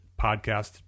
podcast